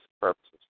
purposes